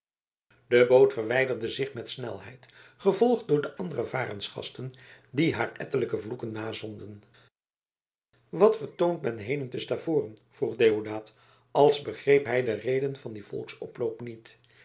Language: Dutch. de boot verwijderde zich met snelheid gevolgd door de andere varensgasten die haar ettelijke vloeken nazonden wat vertoont men heden te stavoren vroeg deodaat als begreep hij de reden van dien volksoploop niet